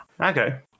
Okay